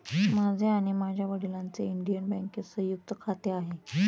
माझे आणि माझ्या वडिलांचे इंडियन बँकेत संयुक्त खाते आहे